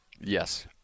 Yes